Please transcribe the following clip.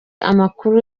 amakuru